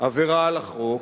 על החוק,